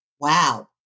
wow